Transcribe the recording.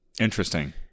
Interesting